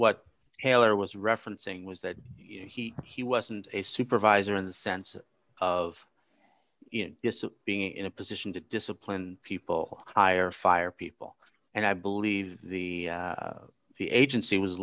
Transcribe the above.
what heller was referencing was that he she wasn't a supervisor in the sense of you know being in a position to discipline people hire fire people and i believe the the agency was